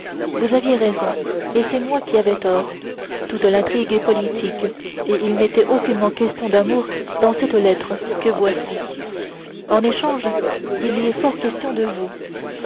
vous aviez raison et c'est moi qui avais tort toute l'intrigue est politique et il n'était aucunement question d'amour dans cette lettre que voici en échange il y est fort question de vous